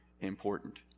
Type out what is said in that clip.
important